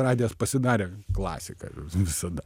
radijas pasidarė klasika visada